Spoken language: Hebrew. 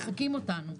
מחקים אותנו.